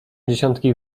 dziesiątki